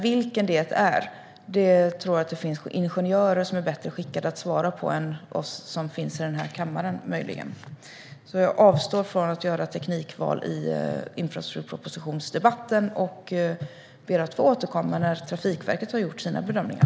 Vilken den är tror jag att det finns ingenjörer som möjligen är bättre skickade att svara på än vi som finns i den här kammaren. Jag avstår från att göra teknikval i debatten om infrastrukturpropositionen och ber att få återkomma när Trafikverket har gjort sina bedömningar.